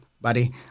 buddy